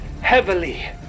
heavily